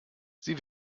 sie